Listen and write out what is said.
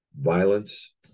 Violence